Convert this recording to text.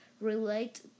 relate